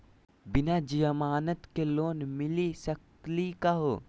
बिना जमानत के लोन मिली सकली का हो?